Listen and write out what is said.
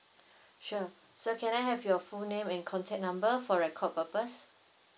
sure so can I have your full name and contact number for record purpose